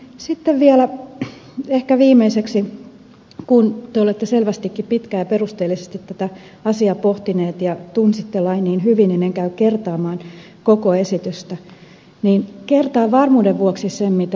sitten vielä ehkä viimeiseksi kun te olette selvästikin pitkään ja perusteellisesti tätä asiaa pohtineet ja tunsitte lain niin hyvin en käy kertaamaan koko esitystä vaan kertaan varmuuden vuoksi sen mitä ed